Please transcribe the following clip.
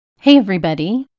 hey everybody!